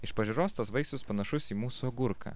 iš pažiūros tas vaisius panašus į mūsų agurką